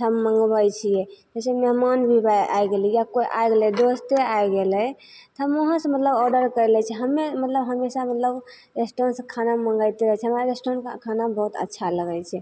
तऽ हम मँगबय छियै जैसे मेहमान भी आबि गेलय या कोइ आइ गेलय दोस्ते आइ गेलय तऽ हम वहाँसँ मतलब आर्डर करि लै छी हमे मतलब हमेशा मतलब रेस्टोरेन्टसँ खाना मँगाबिते रहय छी हमरा रेस्टोरेन्टके खाना बहुत अच्छा लगय छै